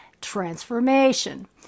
transformation